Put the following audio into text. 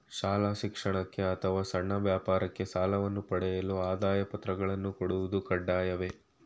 ಶಾಲಾ ಶಿಕ್ಷಣಕ್ಕೆ ಅಥವಾ ಸಣ್ಣ ವ್ಯಾಪಾರಕ್ಕೆ ಸಾಲವನ್ನು ಪಡೆಯಲು ಆದಾಯ ಪತ್ರಗಳನ್ನು ಕೊಡುವುದು ಕಡ್ಡಾಯವೇ?